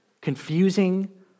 confusing